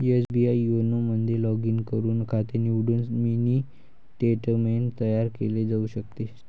SBI YONO मध्ये log in करून खाते निवडून मिनी स्टेटमेंट तयार केले जाऊ शकते